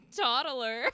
toddler